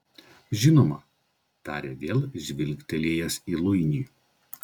žinoma tarė vėl žvilgtelėjęs į luinį